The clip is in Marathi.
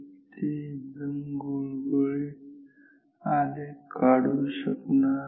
ते एकदम गुळगुळीत आलेख काढू शकणार नाही